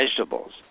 vegetables